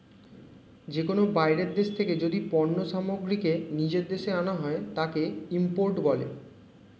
যে কোনো বাইরের দেশ থেকে যদি পণ্য সামগ্রীকে নিজের দেশে আনা হয়, তাকে ইম্পোর্ট বলে